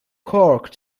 cork